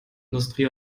industrie